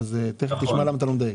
תכף תשמע למה אתה לא מדייק.